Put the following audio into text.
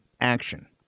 action